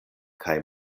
kaj